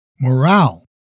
morale